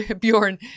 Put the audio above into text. Bjorn